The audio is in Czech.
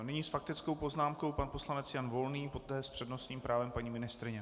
Nyní s faktickou poznámkou pan poslanec Jan Volný, poté s přednostním právem paní ministryně.